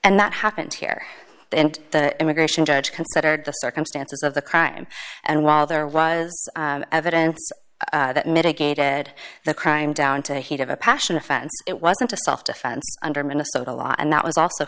and that happened here and the immigration judge considered the circumstances of the crime and while there was evidence that mitigated the crime down to heat of a passion offense it wasn't a self defense under minnesota law and that was also